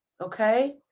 Okay